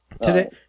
Today